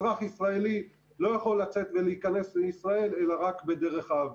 אזרח ישראלי לא יכול לצאת מישראל או להיכנס לישראל אלא רק בדרך האוויר.